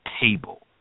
table